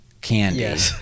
candy